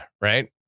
right